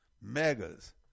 megas